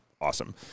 awesome